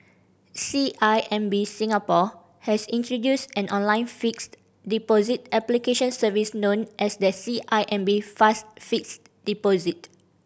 C I M B Singapore has introduced an online fixed deposit application service known as the C I M B Fast Fixed Deposit